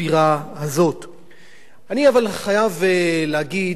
אבל אני חייב לומר שאני לא רוצה לעצור בנקודה הזאת,